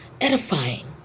edifying